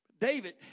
David